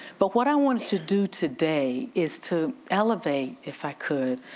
but what i wanted to do today is to elevate, if i could,